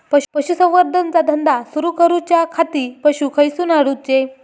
पशुसंवर्धन चा धंदा सुरू करूच्या खाती पशू खईसून हाडूचे?